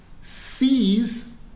sees